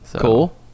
Cool